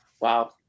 Wow